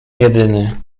jedyny